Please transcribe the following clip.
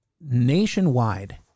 nationwide